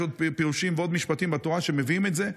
ויש עוד פירושים ועוד משפטים בתורה שמביאים את זה,